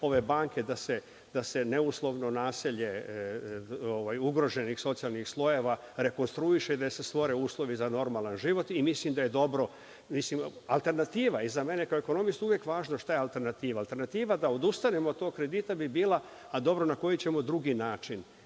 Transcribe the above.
ove banke, da se neuslovno naselje ugroženih socijalnih slojeva rekonstruiše, da se stvore uslovi za normalan život i mislim da je dobro. Kao ekonomistu, uvek važno šta je alternativa. Alternativa da odustanemo od tog kredita bi bila, a dobro, na koji ćemo drugi način